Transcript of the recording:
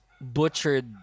Butchered